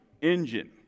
engine